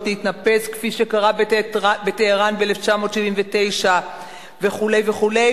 להתנפץ כפי שקרה בטהרן ב-1979 וכו' וכו',